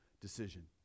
decision